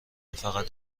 فقط